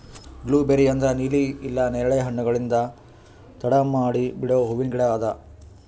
blueberry ಅಂದುರ್ ನೀಲಿ ಇಲ್ಲಾ ನೇರಳೆ ಹಣ್ಣುಗೊಳ್ಲಿಂದ್ ತಡ ಮಾಡಿ ಬಿಡೋ ಹೂವಿನ ಗಿಡ ಅದಾ